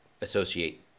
associate